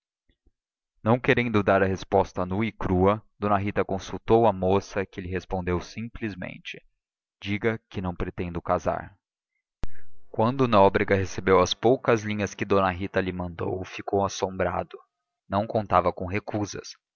não querendo dar a resposta nua e crua d rita consultou a moça que lhe respondeu simplesmente diga que não pretendo casar quando nóbrega recebeu as poucas linhas que d rita lhe mandou ficou assombrado não contava com recusa